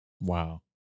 Wow